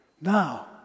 Now